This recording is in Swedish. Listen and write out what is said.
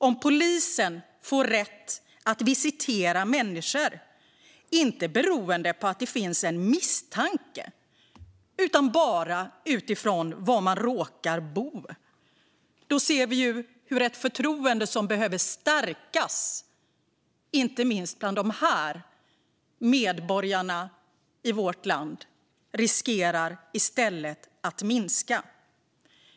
Om polisen får rätt att visitera människor, inte beroende på att det finns en misstanke mot dem utan bara utifrån var de råkar bo, ser vi hur ett förtroende som behöver stärkas, inte minst bland dessa medborgare i vårt land, i stället riskerar att minska.